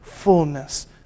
fullness